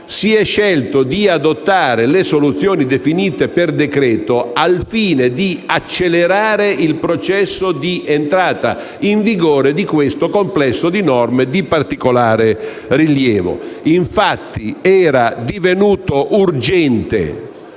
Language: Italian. si è scelto di adottare le soluzioni definite per decreto-legge al fine di accelerare il processo di entrata in vigore di questo complesso di norme di particolare rilievo. Era infatti divenuto urgente